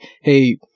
hey